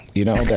you know,